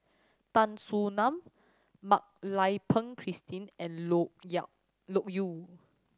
Tan Soo Nan Mak Lai Peng Christine and Loke Loke Yew